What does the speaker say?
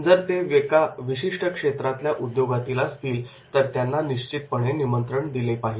जर ते एका विशिष्ट क्षेत्रातल्या उद्योगातील असतील तर त्यांना निश्चितपणे निमंत्रण दिले पाहिजे